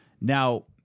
Now